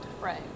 Right